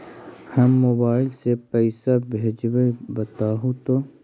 हम मोबाईल से पईसा भेजबई बताहु तो?